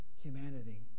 humanity